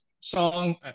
song